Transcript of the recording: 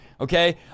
okay